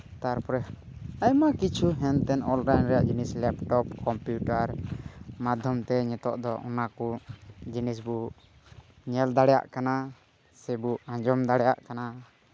ᱛᱟᱨᱯᱚᱨᱮ ᱟᱭᱢᱟ ᱠᱤᱪᱷᱩ ᱦᱮᱱᱛᱮᱱ ᱨᱮᱭᱟᱜ ᱡᱤᱱᱤᱥ ᱞᱮᱯᱴᱚᱯ ᱠᱚᱢᱯᱤᱭᱩᱴᱟᱨ ᱢᱟᱫᱽᱫᱷᱚᱢ ᱛᱮ ᱱᱤᱛᱳᱜ ᱫᱚ ᱚᱱᱟᱠᱚ ᱡᱤᱱᱤᱥ ᱵᱚ ᱧᱮᱞ ᱫᱟᱲᱮᱭᱟᱜ ᱠᱟᱱᱟ ᱥᱮᱵᱚ ᱟᱸᱡᱚᱢ ᱫᱟᱲᱮᱭᱟᱜ ᱠᱟᱱᱟ